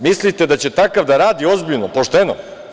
Mislite da će takav da radi ozbiljno, pošteno?